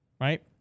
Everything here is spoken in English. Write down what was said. right